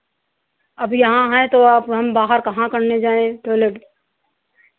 अभी यहाँ हैं तो अब हम बाहर कहाँ करने जाएं टॉयलेट